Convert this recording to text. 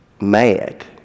mad